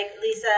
Lisa